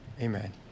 Amen